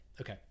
Okay